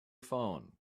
phone